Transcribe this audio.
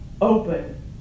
open